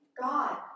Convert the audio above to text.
God